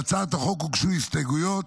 להצעת החוק הוגשו הסתייגויות.